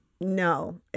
No